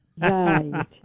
Right